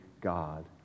God